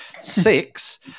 Six